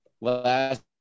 last